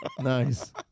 Nice